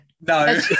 No